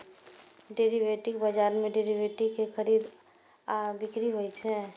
derivative बाजार मे derivative के खरीद आ बिक्री होइ छै